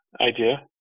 idea